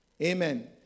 Amen